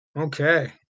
Okay